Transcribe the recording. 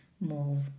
move